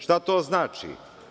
Šta to znači?